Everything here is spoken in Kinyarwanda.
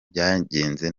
byagenze